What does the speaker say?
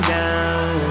down